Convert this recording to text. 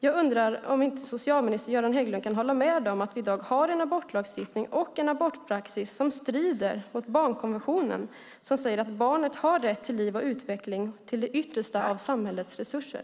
Jag undrar om inte socialminister Göran Hägglund kan hålla med om att vi i dag har en abortlagstiftning och en abortpraxis som strider mot barnkonventionen som säger att barnet har rätt till liv och utveckling till det yttersta av samhällets resurser.